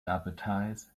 advertise